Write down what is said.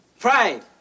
Pride